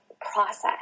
process